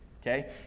Okay